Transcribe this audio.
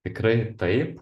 tikrai taip